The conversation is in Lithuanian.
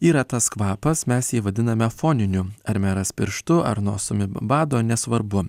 yra tas kvapas mes jį vadiname foniniu ar meras pirštu ar nosimi bado nesvarbu